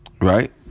right